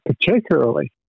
Particularly